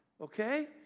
okay